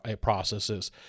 processes